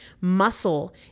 Muscle